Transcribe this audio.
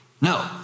No